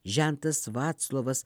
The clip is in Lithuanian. žentas vaclovas